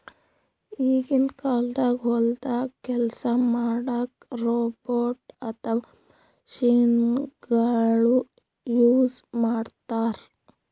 ಈಗಿನ ಕಾಲ್ದಾಗ ಹೊಲ್ದಾಗ ಕೆಲ್ಸ್ ಮಾಡಕ್ಕ್ ರೋಬೋಟ್ ಅಥವಾ ಮಷಿನಗೊಳು ಯೂಸ್ ಮಾಡ್ತಾರ್